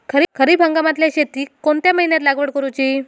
खरीप हंगामातल्या शेतीक कोणत्या महिन्यात लागवड करूची?